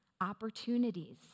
opportunities